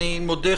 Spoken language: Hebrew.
אני מודה,